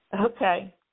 Okay